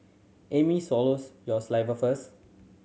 Amy swallows your saliva first